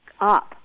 up